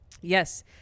Yes